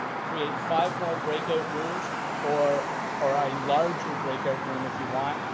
create five more break out rooms or or a larger break out room, if you want,